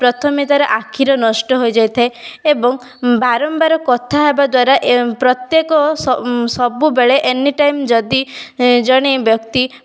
ପ୍ରଥମେ ତାର ଆଖିର ନଷ୍ଟ ହୋଇଯାଇଥାଏ ଏବଂ ବାରମ୍ବାର କଥା ହେବା ଦ୍ବାରା ଏ ପ୍ରତ୍ଯେକ ସ ସବୁ ସବୁବେଳେ ଏନିଟାଇମ ଯଦି ଜଣେ ବ୍ୟକ୍ତି